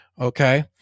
Okay